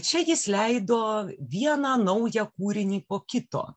čia jis leido vieną naują kūrinį po kito